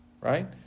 Right